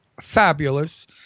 fabulous